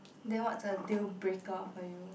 then what was the deal break up for you